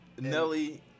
Nelly